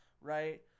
right